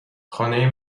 خانه